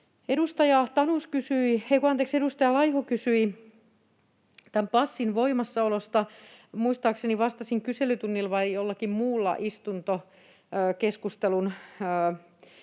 Edustaja Laiho kysyi tämän passin voimassaolosta. Muistaakseni vastasin kyselytunnilla tai jossakin muussa istuntokeskustelussa